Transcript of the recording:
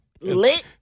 lit